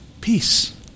peace